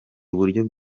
uburyo